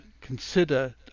consider